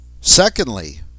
Secondly